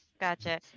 Gotcha